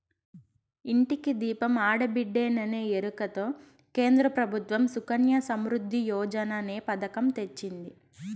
ఇంటికి దీపం ఆడబిడ్డేననే ఎరుకతో కేంద్ర ప్రభుత్వం సుకన్య సమృద్ధి యోజననే పతకం తెచ్చింది